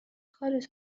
کارت